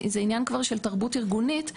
זה כבר עניין של תרבות ארגונית,